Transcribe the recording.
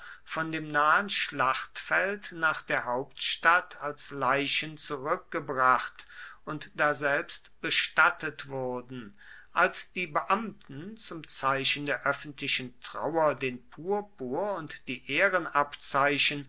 von dem nahen schlachtfeld nach der hauptstadt als leichen zurückgebracht und daselbst bestattet wurden als die beamten zum zeichen der öffentlichen trauer den purpur und die